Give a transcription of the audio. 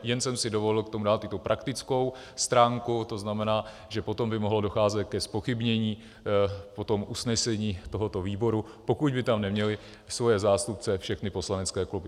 Jen jsem si dovolil k tomu dát i tu praktickou stránku, to znamená, že potom by mohlo docházet ke zpochybnění usnesení tohoto výboru, pokud by tam neměly svoje zástupce všechny poslanecké kluby.